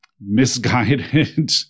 misguided